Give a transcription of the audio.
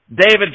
david